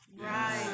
Right